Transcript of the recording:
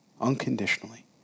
unconditionally